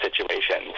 situations